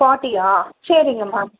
ஃபார்ட்டியா சரிங்க மேம்